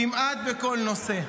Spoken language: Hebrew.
כמעט בכל נושא.